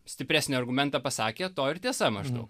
stipresnį argumentą pasakė to ir tiesa maždaug